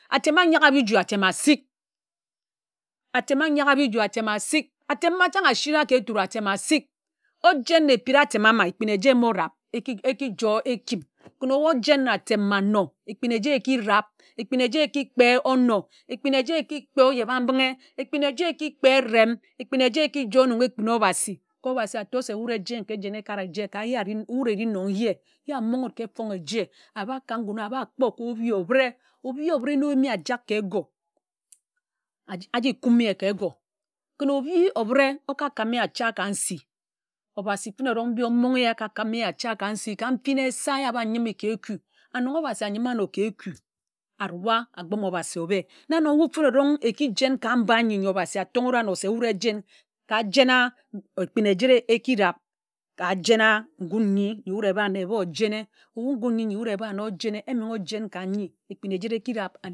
Atem ānyagha biji atem asik atem ányagha biji atem asik atem achan ashira k'turi atem asik ojen na ekpira atem ama ekpin eja emo ráb aki aki joe ekip ken weh ojen na atem âno ekpin eja eki rab ekpin eja eki kpe onor ekpin eja kpe ogyebambinghe ekpin eja eki kpe rem ekpin eje aki joe nnon ekpin obhasi ka obhasi ātor se de wud ejen ka ejen akad eje ka ye ari wud ari na ye ye amon̄ge wud ka efon̄ge eje ába ka ngun āba kpo ka obhi obire obire na oyim weh ajak ka égo aji kaum ye ka égo ken ōbhi obire okakam ye acha ka nsi obhasi fene eron̄g mbi omon ge ye okakam ye achā ka nsi ka mfin esa ye aba yimi ka eku anok obhasi ānyime áno ka éku aruá akpime obhasi ȯbe na nga wud fene eron̄g eki jen ka mba nyi-nyi obhasi atonge wud ano se wud ejen ka jen a ekpin ejire eki rab ka jen a ngun nyi wud eb ano ebae ojene ebu nkun n̄yi wud éba áno oyene emenghe ojen ka ányi ekpin ejire eki rab.